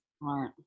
Right